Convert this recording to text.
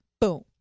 Boom